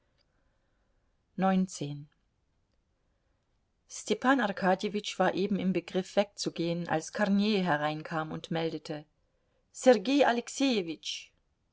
stepan arkadjewitsch war eben im begriff wegzugehen als kornei hereinkam und meldete